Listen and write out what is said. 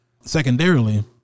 secondarily